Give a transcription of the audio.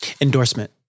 Endorsement